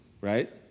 right